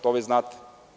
To vi znate.